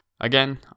Again